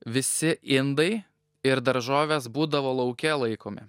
visi indai ir daržovės būdavo lauke laikomi